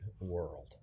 world